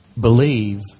believe